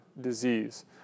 disease